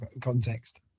context